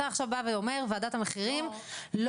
אתה עכשיו בא ואומר "וועדת המחירים לא